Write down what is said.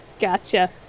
Gotcha